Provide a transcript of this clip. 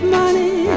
money